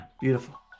beautiful